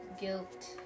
guilt